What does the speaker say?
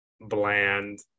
bland